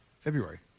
February